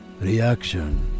Reaction